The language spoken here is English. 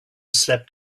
slept